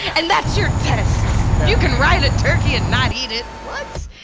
and that's your test. if you can ride a turkey and not eat it. what?